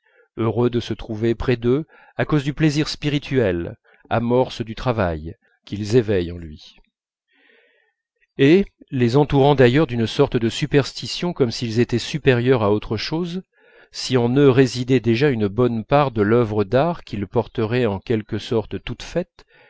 heureux de se trouver près d'eux à cause du plaisir spirituel amorce du travail qu'ils éveillent en lui et les entourant d'ailleurs d'une sorte de superstition comme s'ils étaient supérieurs à autre chose si en eux résidait déjà une bonne part de l'œuvre d'art qu'ils porteraient en quelque sorte toute faite